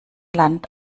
land